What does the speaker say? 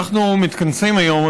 אנחנו מתכנסים היום,